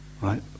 Right